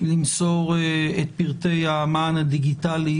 למסור את פרטי המען הדיגיטלי,